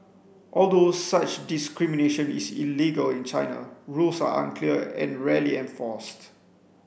although such discrimination is illegal in China rules are unclear and rarely enforced